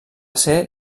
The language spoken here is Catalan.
ser